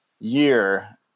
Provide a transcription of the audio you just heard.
year